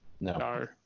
no